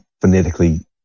phonetically